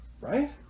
right